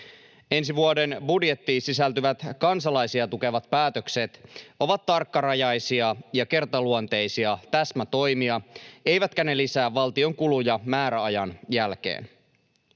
Ensi vuoden budjettiin sisältyvät kansalaisia tukevat päätökset ovat tarkkarajaisia ja kertaluonteisia täsmätoimia, eivätkä ne lisää valtion kuluja määräajan jälkeen.